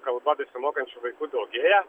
kalba besimokančių vaikų daugėja